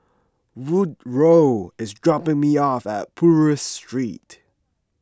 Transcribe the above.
Woodrow is dropping me off at Purvis Street